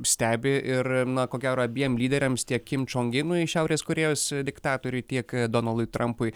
stebi ir na ko gero abiem lyderiams tiek kim čong inui šiaurės korėjos diktatoriui tiek donaldui trampui